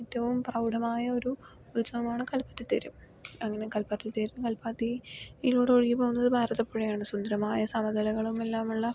ഏറ്റവും പ്രൗഢമായ ഒരു ഉത്സവമാണ് കൽപ്പാത്തിത്തേര് അങ്ങനെ കൽപ്പാത്തിത്തേര് കല്പാത്തിയിലൂടെ ഒഴുകിപ്പോകുന്നത് ഭാരതപ്പുഴയാണ് സുന്ദരമായ സമനിലങ്ങളും എല്ലാം ഉള്ള